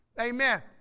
Amen